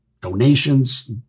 donations